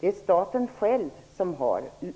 Det är staten själv som står för